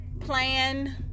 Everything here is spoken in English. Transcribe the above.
plan